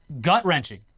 gut-wrenching